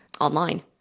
online